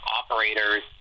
operators